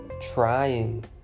trying